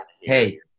hey